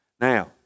Now